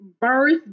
birth